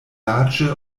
larĝe